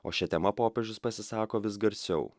o šia tema popiežius pasisako vis garsiau